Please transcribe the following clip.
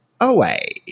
away